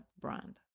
brand